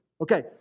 Okay